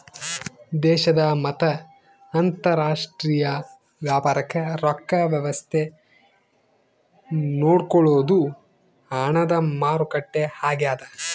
ದೇಶದ ಮತ್ತ ಅಂತರಾಷ್ಟ್ರೀಯ ವ್ಯಾಪಾರಕ್ ರೊಕ್ಕ ವ್ಯವಸ್ತೆ ನೋಡ್ಕೊಳೊದು ಹಣದ ಮಾರುಕಟ್ಟೆ ಆಗ್ಯಾದ